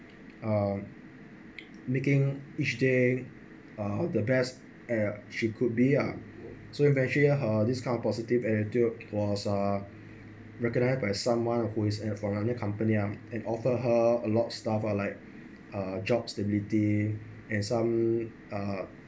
uh making each day uh the best err she could be ah so eventually her this kind of positive attitude was uh recognized by someone who is from another company ah and offer her a lot of stuff like a job stability and some uh